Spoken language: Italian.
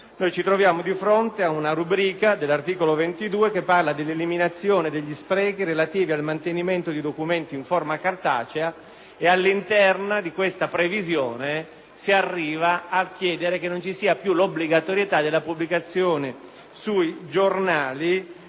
Ci troviamo di fronte, infatti, ad una rubrica dell'articolo 22 che parla dell'eliminazione degli sprechi relativi al mantenimento di documenti in forma cartacea e, all'interno di tale previsione, si arriva a chiedere che non vi sia più l'obbligatorietà della pubblicazione sui giornali